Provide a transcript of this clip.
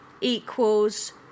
equals